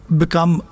become